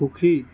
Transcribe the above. সুখী